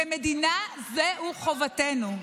כמדינה זוהי חובתנו.